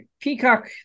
Peacock